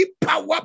power